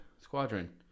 Squadron